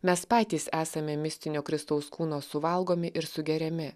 mes patys esame mistinio kristaus kūno suvalgomi ir sugeriami